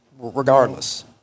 Regardless